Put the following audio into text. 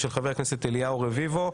של חבר הכנסת אליהו רביבו.